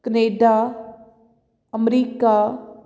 Canada America